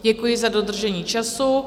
Děkuji za dodržení času.